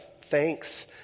thanks